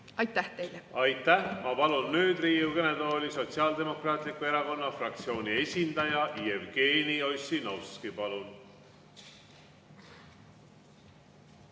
Aitäh teile! Aitäh! Ma palun nüüd Riigikogu kõnetooli Sotsiaaldemokraatliku Erakonna fraktsiooni esindaja Jevgeni Ossinovski. Palun!